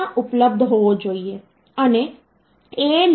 તેથી વાસ્તવમાં આ d1 થી db તે આર્બિટ્રરી મૂલ્યો નથી